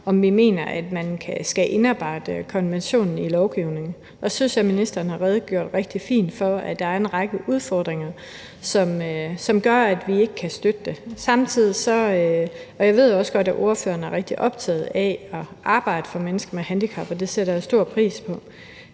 om vi mener, at man skal indarbejde konventionen i lovgivningen. Og jeg synes, at ministeren har redegjort rigtig fint for, at der er en række udfordringer, som gør, at vi ikke kan støtte det. Jeg ved også godt, at ordføreren er rigtig optaget af at arbejde for mennesker med handicap, og det sætter jeg stor pris på.